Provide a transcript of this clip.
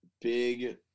big